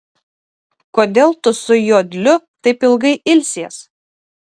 kodėl tu su jodliu taip ilgai ilsies